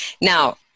Now